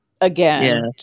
again